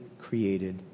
created